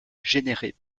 générés